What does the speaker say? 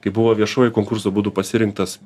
kai buvo viešuojų konkursų būdu pasirinktas